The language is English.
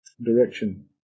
direction